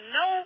no